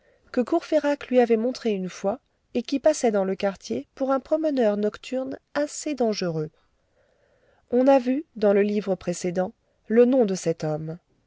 que courfeyrac lui avait montré une fois et qui passait dans le quartier pour un promeneur nocturne assez dangereux on a vu dans le livre précédent le nom de cet homme